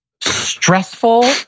stressful